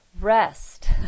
rest